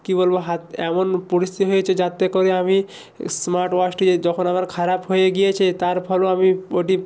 কী বলবো হাত এমন পরিস্থিতি হয়েছে যাতে করে আমি স্মার্ট ওয়াচটি যখন আমার খারাপ হয়ে গিয়েছে তার ফলেও আমি ওটি